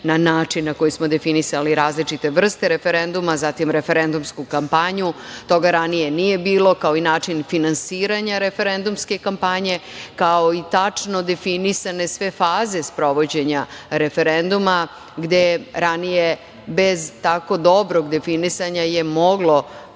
na način na koji smo definisali različite vrste referenduma. Zatim referendumsku kampanju, toga ranije nije bilo, kao i način finansiranja referendumske kampanje, kao i tačno definisane sve faze sprovođenja referenduma, gde ranije bez tako dobrog definisanja je moglo